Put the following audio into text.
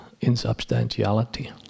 insubstantiality